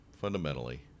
fundamentally